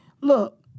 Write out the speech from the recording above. Look